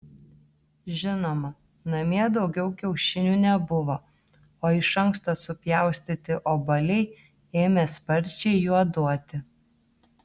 žinoma namie daugiau kiaušinių nebuvo o iš anksto supjaustyti obuoliai ėmė sparčiai juoduoti